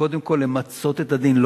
קודם כול למצות את הדין.